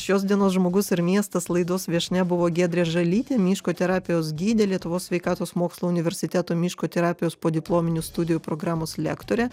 šios dienos žmogus ir miestas laidos viešnia buvo giedrė žalytė miško terapijos gidė lietuvos sveikatos mokslų universiteto miško terapijos podiplominių studijų programos lektorė